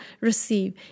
receive